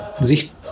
sich